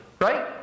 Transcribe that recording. Right